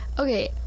Okay